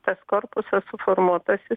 tas korpusas suformuotas jis